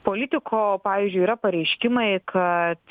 politiko pavyzdžiui yra pareiškimai kad